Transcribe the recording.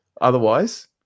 Otherwise